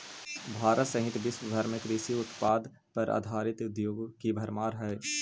भारत सहित विश्व भर में कृषि उत्पाद पर आधारित उद्योगों की भरमार हई